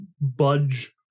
budge